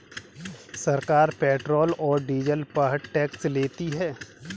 सरकार पेट्रोल और डीजल पर टैक्स लेती है